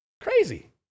Crazy